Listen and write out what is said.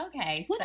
Okay